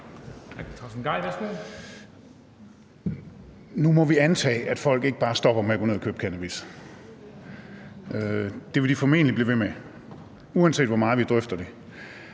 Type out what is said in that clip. Nu må vi antage, at folk ikke bare stopper med at gå ned og købe cannabis. Det vil de formentlig blive ved med, uanset hvor meget vi drøfter det.